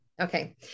Okay